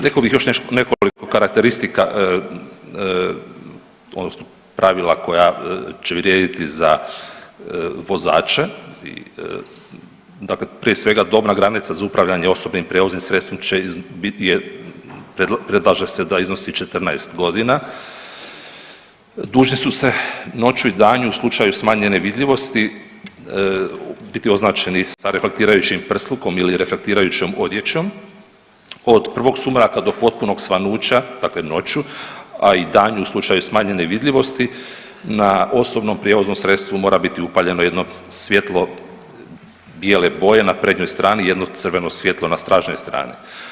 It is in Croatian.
Rekao bih još nekoliko karakteristika odnosno pravila koje će vrijediti za vozače, dakle prije svega dobna granica za upravljanje osobnim prijevoznim sredstvom predlaže se da iznosi 14 godina, dužni su se noću i danju u slučaju smanjenje vidljivosti biti označeni sa reflektirajućim prslukom ili reflektirajućom odjećom od prvog sumraka do potpunog svanuća dakle noću, a i danju u slučaju smanjene vidljivosti na osobnom prijevoznom sredstvu mora biti upaljeno jedno svjetlo bijele boje na prednjoj strani i jedno crveno svjetlo na stražnjoj strani.